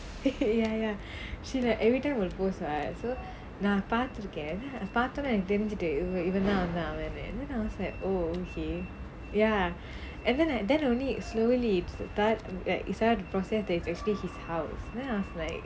ya ya she like every time will post [what] so நான் பாத்து இருக்கேன் பாத்தோனே எனக்கு தெரிஞ்சிது இவன்தான் அவனு அவனு:naan paathu irukkaan paathonae ennakku terinjittu ivanthaan avanu avanu even though I was like oh okay ya and then I then only slowly he started presented speaking his house then I was like